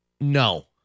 No